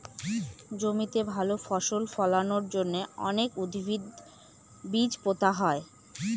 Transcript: জমিতে ভালো ফসল ফলানোর জন্য অনেক উদ্ভিদের বীজ পোতা হয়